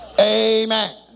Amen